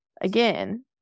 again